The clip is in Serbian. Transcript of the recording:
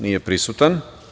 Nije prisutan.